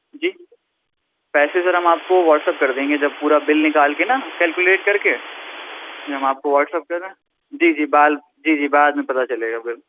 جی پیسے سر ہم آپ کو واٹس اپ کر دیں گے جب پورا بل نکال کے نا کیلکولیٹ کر کے ہم آپ کو واٹس اپ کر رہے ہیں جی جی بال جی جی بعد میں پتا چلے گا پھر